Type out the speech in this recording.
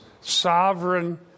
sovereign